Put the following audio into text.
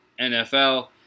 NFL